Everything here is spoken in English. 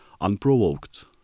unprovoked